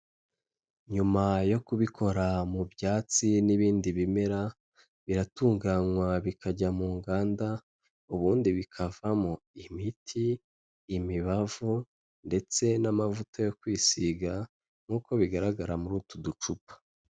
Nyuma yo kubikora mu byatsi n'ibindi bimera, biratunganywa bikajya mu nganda, ubundi bikavamo imiti, imibavu ndetse n'amavuta yo kwisiga, nk'uko bigaragara muri utu ducupa.